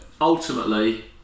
Ultimately